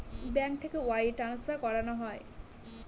bank থেকে wire transfer করানো হয়